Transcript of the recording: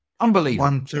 unbelievable